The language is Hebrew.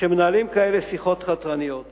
שמנהלים שיחות חתרניות כאלה,